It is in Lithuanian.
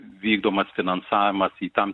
vykdomas finansavimas į tam